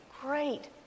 great